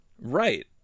Right